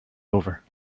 over